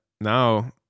now